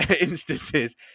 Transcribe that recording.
instances